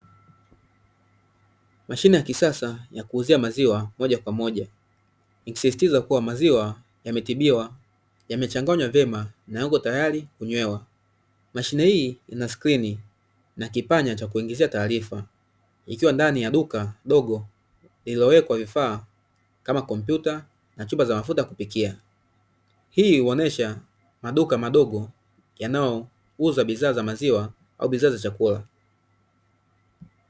Mashine ya kisasa ya kuuzia maziwa moja kwa moja ikisisitiza kuwa maziwa yametibiwa, yamechanganywa vyema na yako tayari kunywewa. Mashine hii ina skrini na kipanya cha kuingizia taarifa ikiwa ndani ya duka dogo lililowekwa vifaa kama kompyuta na chupa za mafuta ya kupikia. Hii huonyesha maduka madogo yanayouza bidhaa za maziwa au bidhaa za chakula.